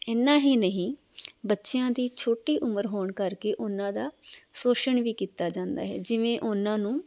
ਇੰਨਾ ਹੀ ਨਹੀਂ ਬੱਚਿਆਂ ਦੀ ਛੋਟੀ ਉਮਰ ਹੋਣ ਕਰਕੇ ਉਹਨਾਂ ਦਾ ਸੋਸ਼ਣ ਵੀ ਕੀਤਾ ਜਾਂਦਾ ਹੈ ਜਿਵੇਂ ਉਹਨਾਂ ਨੂੰ